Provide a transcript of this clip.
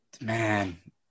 Man